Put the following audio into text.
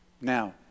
Now